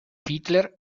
hitler